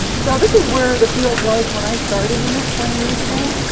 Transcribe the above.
so this is where the field was when i started in it twenty years ago.